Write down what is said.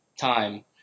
Time